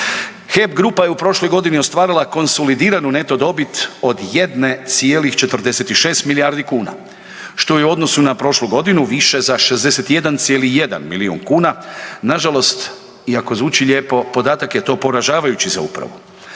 HEP grupa je u prošloj godini ostvarila konsolidiranu neto dobit od 1,46 milijarde kuna, što je u odnosu na prošlu godinu više za 61,1 milijun kuna. Nažalost, iako zvuči lijepo podatak je to poražavajući za upravu.